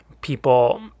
people